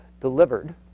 delivered